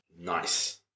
Nice